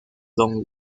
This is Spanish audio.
don